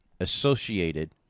associated